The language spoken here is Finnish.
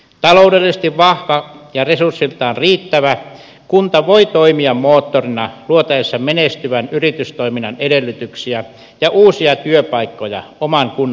taloudellisesti vahva ja resurssiltaan riittävä kunta voi toimia moottorina luotaessa menestyvän yritystoiminnan edellytyksiä ja uusia työpaikkoja oman kunnan alueella